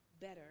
better